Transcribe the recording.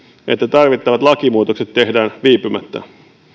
että tarvittavat lakimuutokset tehdään viipymättä